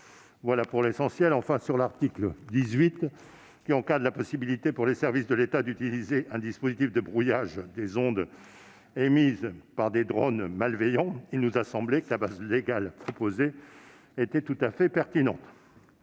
qui concerne enfin l'article 18, qui encadre la possibilité pour les services de l'État d'utiliser un dispositif de brouillage des ondes émises par des drones malveillants, il nous a semblé que la base légale proposée était tout à fait pertinente.